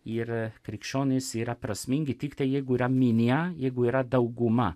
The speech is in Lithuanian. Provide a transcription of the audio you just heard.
ir krikščionys yra prasmingi tiktai jeigu yra minia jeigu yra dauguma